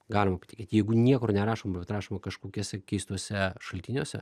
galima patikėt jeigu niekur nerašoma bet rašoma kažkokiuose keistuose šaltiniuose